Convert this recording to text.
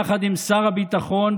יחד עם שר הביטחון,